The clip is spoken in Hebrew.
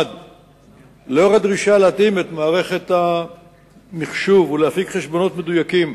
1. לאור הדרישה להתאים את מערכת המחשוב ולהפיק חשבונות מדויקים